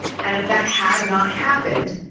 and if that had not happened,